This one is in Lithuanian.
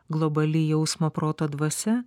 globali jausmo proto dvasia